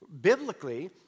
Biblically